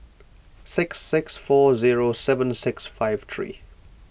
six six four zero seven six five three